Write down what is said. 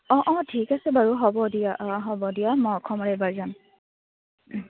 অঁ অঁ ঠিক আছে বাৰু হ'ব দিয়া অঁ হ'ব দিয়া মই অসমলৈ এইবাৰ যাম